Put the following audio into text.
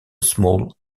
small